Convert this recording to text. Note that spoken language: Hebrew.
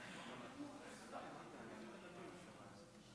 30 דקות לרשותך.